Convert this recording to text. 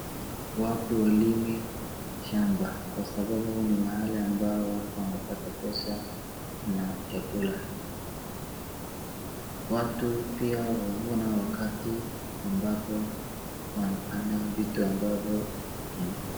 Watu walime shamba, kwa sababu ni mahali ambao watu wanapata pesa na chakula. Watu pia huvuna wakati ambapo wanapanda vitu ambavyo ni...